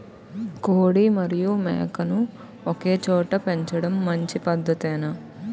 కోడి మరియు మేక ను ఒకేచోట పెంచడం మంచి పద్ధతేనా?